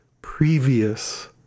previous